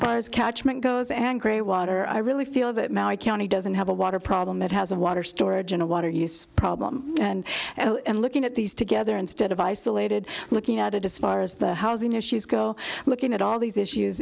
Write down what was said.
far as catchment goes and grey water i really feel that my county doesn't have a water problem it has a water storage and a water use problem and looking at these together instead of isolated looking at it as far as the housing issues go looking at all these issues